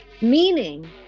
Meaning